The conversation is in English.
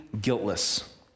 guiltless